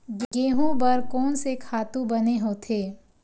गेहूं बर कोन से खातु बने होथे?